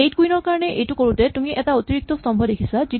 eight queen ৰ কাৰণে এইটো কৰোতে তুমি এটা অতিৰিক্ত স্তম্ভ দেখিছা